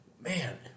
Man